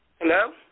Hello